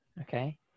Okay